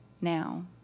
now